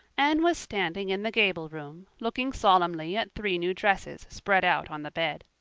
anne was standing in the gable room, looking solemnly at three new dresses spread out on the bed.